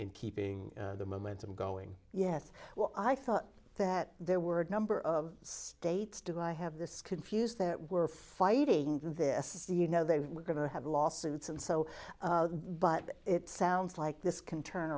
in keeping the momentum going yes well i thought that there were a number of states do i have this confused that were fighting this you know they were going to have lawsuits and so but it sounds like this can turn